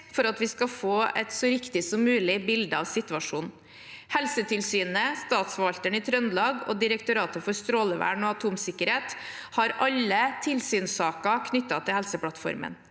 for at vi skal få et så riktig bilde som mulig av situasjonen. Helsetilsynet, Statsforvalteren i Trøndelag og Direktoratet for strålevern og atomsikkerhet har alle tilsynssaker knyttet til Helseplattformen.